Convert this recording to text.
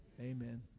Amen